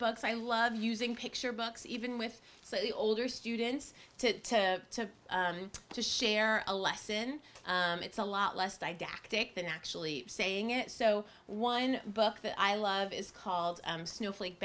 books i love using picture books even with the older students to to to share a lesson it's a lot less didactic than actually saying it so one book that i love is called snowflake